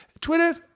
Twitter